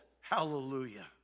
hallelujah